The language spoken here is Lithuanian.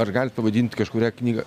ar galit pavadint kažkurią knygą